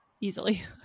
easily